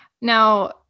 Now